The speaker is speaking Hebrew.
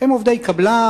הם עובדי קבלן,